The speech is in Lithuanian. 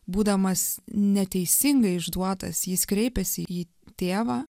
būdamas neteisingai išduotas jis kreipėsi į tėvą